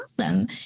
awesome